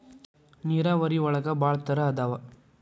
ನೇರಾವರಿ ಒಳಗ ಭಾಳ ತರಾ ಅದಾವ